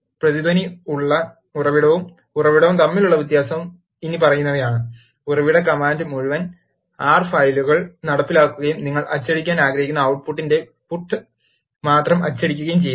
പ്രതിധ്വനി ഉള്ള ഉറവിടവും ഉറവിടവും തമ്മിലുള്ള വ്യത്യാസം ഇനിപ്പറയുന്നവയാണ് ഉറവിട കമാൻഡ് മുഴുവൻ ആർ ഫയലും നടപ്പിലാക്കുകയും നിങ്ങൾ അച്ചടിക്കാൻ ആഗ്രഹിക്കുന്ന output ട്ട് പുട്ട് മാത്രം അച്ചടിക്കുകയും ചെയ്യുന്നു